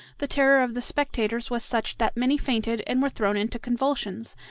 the terror of the spectators was such that many fainted and were thrown into convulsions,